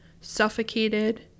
suffocated